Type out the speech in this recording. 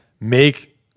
make